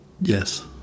Yes